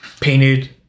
painted